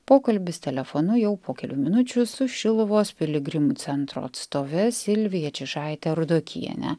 pokalbis telefonu jau po kelių minučių su šiluvos piligrimų centro atstove silvija čižaite rudokiene